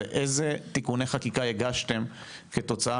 זה איזה תיקוני חקיקה הגשתם כתוצאה